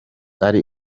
ari